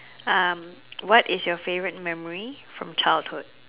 um what is your favourite memory from childhood